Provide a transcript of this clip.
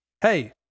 hey